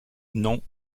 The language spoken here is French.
non